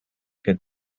good